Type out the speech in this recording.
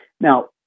Now